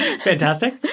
Fantastic